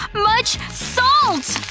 much. salt!